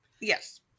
Yes